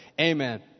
amen